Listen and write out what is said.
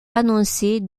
annoncée